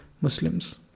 Muslims